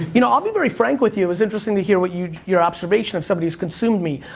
you know, i'll be very frank with you, it was interesting to hear what you, your observation of somebody who's consumed me.